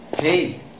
Hey